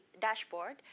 dashboard